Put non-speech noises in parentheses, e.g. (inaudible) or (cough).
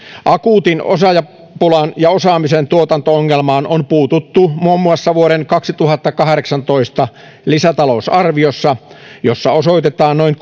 akuuttiin osaajapulaan ja osaamisen tuotanto ongelmaan on puututtu muun muassa vuoden kaksituhattakahdeksantoista lisätalousarviossa jossa osoitetaan noin (unintelligible)